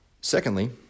Secondly